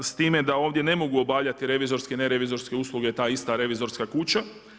S time da ovdje ne mogu obavljati revizorske, ne revizorske usluge ta ista revizorska kuća.